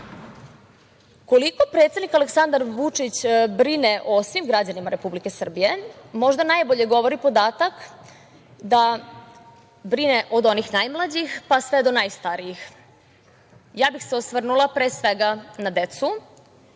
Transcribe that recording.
predsednik Aleksandar Vučić brine o svim građanima Republike Srbije možda najbolje govori podatak da brine od onih najmlađih pa sve do najstarijih. Osvrnula bih se pre svega na decu